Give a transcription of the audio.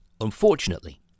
Unfortunately